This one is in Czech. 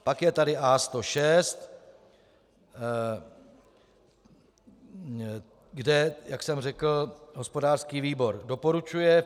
Pak je tady A106, kde, jak jsem řekl, hospodářský výbor doporučuje.